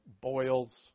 boils